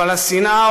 אבל השנאה,